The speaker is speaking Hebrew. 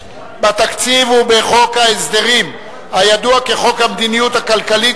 בתקציב ובחוק ההסדרים הידוע כחוק המדיניות הכלכלית